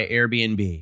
Airbnb